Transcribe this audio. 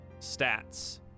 stats